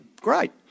Great